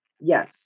yes